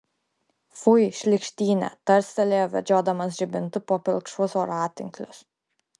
fui šlykštynė tarstelėjo vedžiodamas žibintu po pilkšvus voratinklius